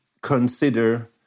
consider